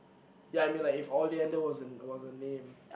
ya I mean like if Oliander was a was a name